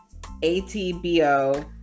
ATBO